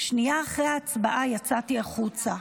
"שנייה אחרי ההצבעה יצאתי החוצה,